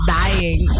dying